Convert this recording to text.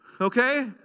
Okay